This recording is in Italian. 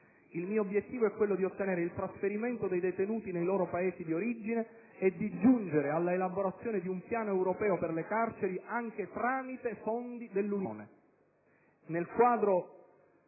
Il mio obiettivo è quello di ottenere il trasferimento dei detenuti nei loro Paesi d'origine e di giungere all'elaborazione di un Piano europeo per le carceri, anche tramite fondi dell'Unione. Nel quadro